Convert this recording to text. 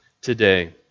today